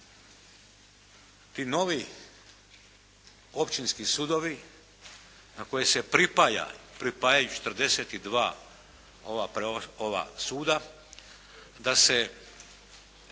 ti novi općinski sudovi na koje se pripaja, pripajaju 42 ova suda da se